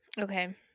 Okay